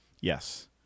Yes